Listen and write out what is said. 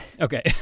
Okay